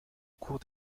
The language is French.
cours